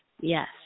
yes